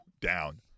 down